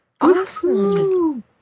Awesome